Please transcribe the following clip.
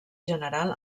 general